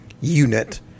unit